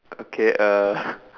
okay uh (ppl